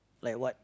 like what